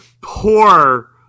poor